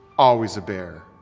always a bear.